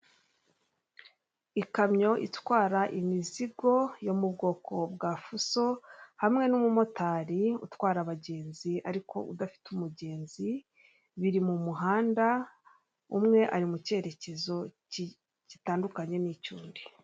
Ikamyo itwara imizigo yo mu bwoko bwa fuso hamwe n'umumotari utwara abagenzi ariko udafite umugenzi biri mu muhanda, umwe ari mu cyerekezo gitandukanye n'icy'undi.